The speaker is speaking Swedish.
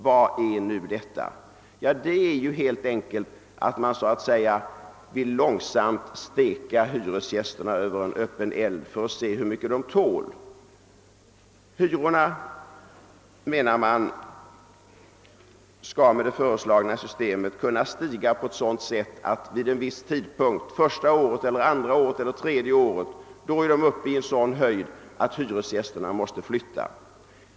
Vad innebär nu detta? Jo, man vill helt enkelt långsamt steka hyresgästerna över öppen eld för att se hur mycket de tål. Hyrorna, menar man, skall med det föreslagna systemet kunna stiga på ett sådant sätt att de vid en viss tidpunkt — första året eller andra året eller tredje året — är uppe i den höjden att hyresgästerna måste flytta.